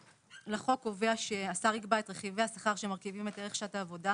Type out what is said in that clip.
לחוק קובע שהשר יקבע את רכיבי השכר שמרכיבים את ערך שעת העבודה